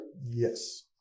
Yes